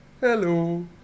hello